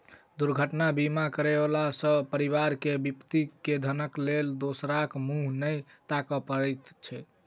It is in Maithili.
दुर्घटना बीमा करयला सॅ परिवार के विपत्ति मे धनक लेल दोसराक मुँह नै ताकय पड़ैत छै